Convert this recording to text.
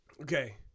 Okay